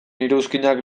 iruzkinak